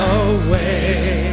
away